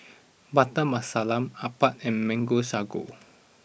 Butter Masala Appam and Mango Sago